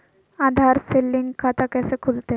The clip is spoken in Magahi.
आधार से लिंक खाता कैसे खुलते?